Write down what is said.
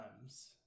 times